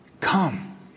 Come